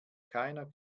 keiner